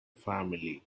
family